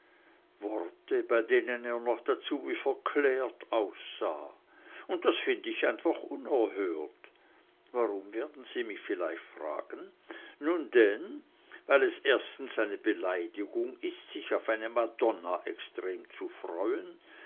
worte bei denen er noch dazu wie verklärt aussah und das find ich einfach unerhört warum werden sie mich vielleicht fragen nun denn weil es erstens eine beleidigung ist sich auf eine madonna so extrem zu freuen